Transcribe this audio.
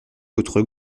votre